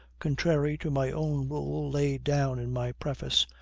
contrary to my own rule laid down in my preface,